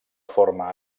forma